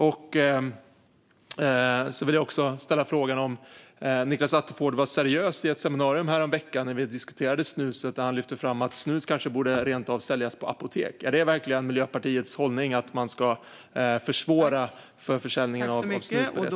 Jag vill också ställa frågan om Nicklas Attefjord var seriös vid det seminarium häromveckan där vi diskuterade snus. Han lyfte fram att snus kanske rent av borde säljas på apotek. Är det verkligen Miljöpartiets hållning att man ska försvåra försäljningen av snus på det sättet?